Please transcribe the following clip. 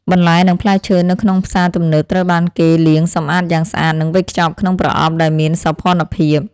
បន្លែនិងផ្លែឈើនៅក្នុងផ្សារទំនើបត្រូវបានគេលាងសម្អាតយ៉ាងស្អាតនិងវេចខ្ចប់ក្នុងប្រអប់ដែលមានសោភ័ណភាព។